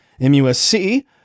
MUSC